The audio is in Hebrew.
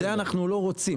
ואת זה אנחנו לא רוצים.